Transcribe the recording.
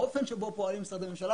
האופן שבו פועלים משרדי הממשלה,